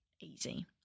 easy